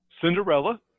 Cinderella